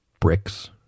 bricks